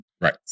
Right